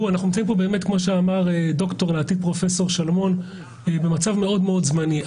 אנחנו נמצאים כאן כמו שאמר דוקטור שלמון במצב מאוד מאוד זמני.